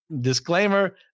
disclaimer